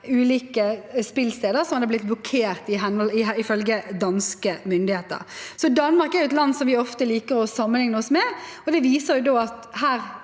ulike spillsteder som hadde blitt blokkert, ifølge danske myndigheter. Danmark er et land som vi ofte liker å sammenligne oss med. Det viser at de